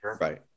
Right